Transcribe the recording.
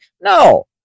No